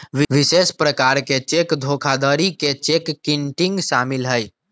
विशेष प्रकार के चेक धोखाधड़ी में चेक किटिंग शामिल हइ